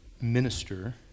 minister